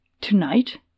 Tonight